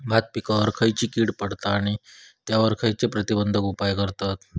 भात पिकांवर खैयची कीड पडता आणि त्यावर खैयचे प्रतिबंधक उपाय करतत?